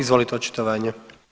Izvolite očitovanje.